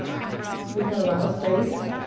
we had a lot of space,